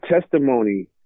testimony